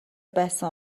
байсан